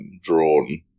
drawn